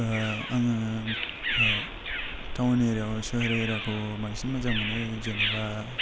आङो टाउन एरियायाव सोहोर एरियाखौ बांसिन मोजां मोनो जेनेबा